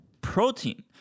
protein